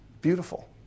beautiful